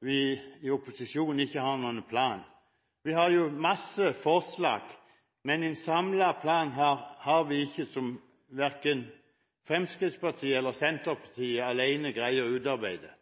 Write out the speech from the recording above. vi i opposisjonen ikke har noen plan. Vi har masse forslag, men en samlet plan har vi ikke – noe verken Fremskrittspartiet eller Senterpartiet alene greier å utarbeide.